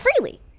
freely